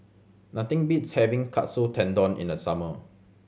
nothing beats having Katsu Tendon in the summer